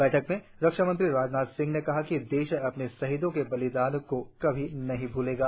बैठक में रक्षामंत्री राजनाथ सिंह ने कहा कि देश अपने शहीदों के बलिदान को कभी नहीं भूलेगा